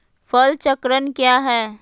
फसल चक्रण क्या है?